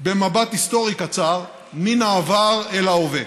במבט היסטורי קצר מן העבר אל ההווה.